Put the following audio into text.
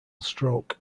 stroke